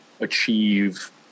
achieve